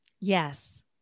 Yes